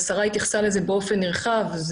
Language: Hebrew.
והשרה התייחסה לזה באופן נרחב,